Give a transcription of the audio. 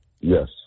Yes